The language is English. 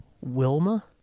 Wilma